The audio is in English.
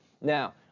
now